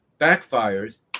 Backfires